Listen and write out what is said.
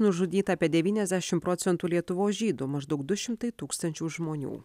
nužudyta apie devyniasdešimt procentų lietuvos žydų maždaug du šimtai tūkstančių žmonių